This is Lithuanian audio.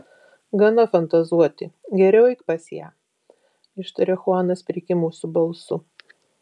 gana fantazuoti geriau eik pas ją ištaria chuanas prikimusiu balsu